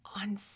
On